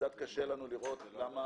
קצת קשה לנו לראות למה